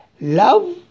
Love